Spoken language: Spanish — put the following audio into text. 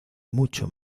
mucho